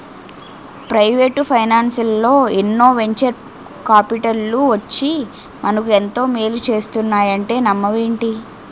Private ఫైనాన్సల్లో ఎన్నో venture కాపిటల్లు వచ్చి మనకు ఎంతో మేలు చేస్తున్నాయంటే నమ్మవేంటి?